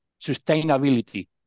sustainability